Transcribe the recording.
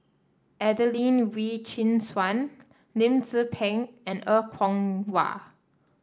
Adelene Wee Chin Suan Lim Tze Peng and Er Kwong Wah